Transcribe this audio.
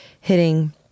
hitting